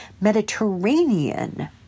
Mediterranean